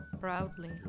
proudly